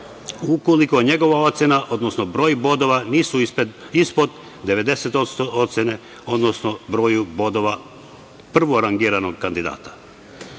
ukoliko njegova ocena, odnosno broj bodova nisu ispod 90% ocene, odnosno broja bodova prvorangiranog kandidata.